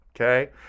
okay